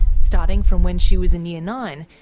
starting from when she was in year nine,